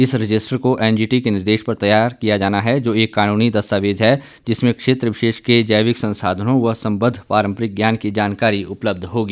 इस रजिस्टर को एनजीटी के निर्देश पर तैयार किया जाना है जो एक कानूनी दस्तावेज है जिसमें क्षेत्र विशेष के जैविक संसाधनों एवं सम्बद्ध पारम्परिक ज्ञान की जानकारी उपलब्ध होगी